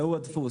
של הדפוס.